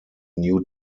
new